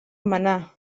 manar